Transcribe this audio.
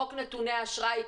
חוק נתוני אשראי,